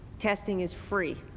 testing is free.